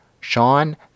sean